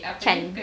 can